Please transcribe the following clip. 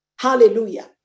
hallelujah